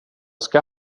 ska